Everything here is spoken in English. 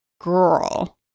girl